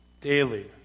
Daily